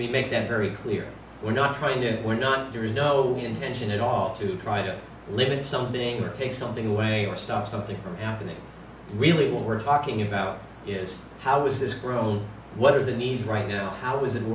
me make that very clear we're not trying to we're not there is no intention at all to try to limit something or take something away or stop something from happening really what we're talking about is how was this grown what are the needs right now how is i